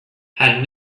had